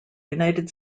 united